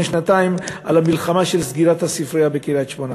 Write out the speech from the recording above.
שנתיים לגבי המלחמה על סגירת הספרייה בקריית-שמונה.